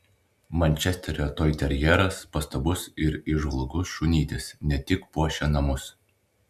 mančesterio toiterjeras pastabus ir įžvalgus šunytis ne tik puošia namus